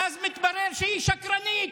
ואז מתברר שהיא שקרנית,